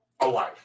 alive